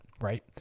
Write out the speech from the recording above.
right